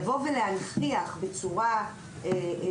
הנכחת חובתו של הגזבר בצורה ברורה,